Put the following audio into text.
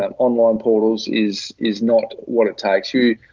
um online portals is, is not what it takes you.